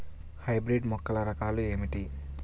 Hybrid మొక్కల రకాలు ఏమిటీ?